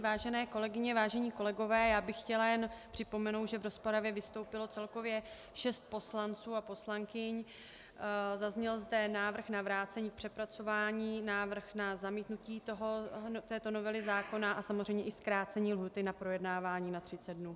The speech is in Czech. Vážené kolegyně, vážení kolegové, já bych chtěla jen připomenout, že v rozpravě vystoupilo celkově šest poslanců a poslankyň, zazněl zde návrh na vrácení k přepracování, návrh na zamítnutí této novely zákona a samozřejmě i zkrácení lhůty na projednávání na 30 dnů.